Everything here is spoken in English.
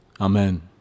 amen